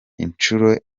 inshuro